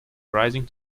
rising